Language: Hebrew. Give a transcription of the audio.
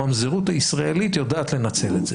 הממזרוּת הישראלית יודעת לנצל את זה.